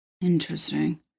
interesting